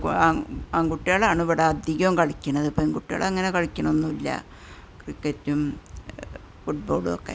ആൺ ആൺകുട്ടികളാണ് ഇവിടെ അധികവും കളിക്കണത് പെൺകുട്ടികളങ്ങനെ കളിക്കണോന്നുമില്ല ക്രിക്കറ്റും ഫുട്ബോളും ഒക്കെ